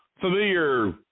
familiar